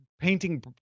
painting